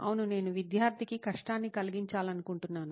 అవును నేను విద్యార్థికి కష్టాన్ని కలిగించాలనుకుంటున్నాను